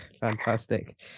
Fantastic